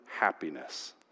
happiness